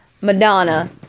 Madonna